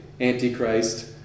antichrist